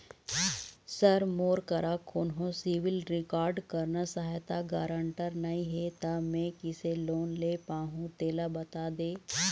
sir मोर करा कोन्हो सिविल रिकॉर्ड करना सहायता गारंटर नई हे ता मे किसे लोन ले पाहुं तेला बता दे